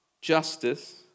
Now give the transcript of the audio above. justice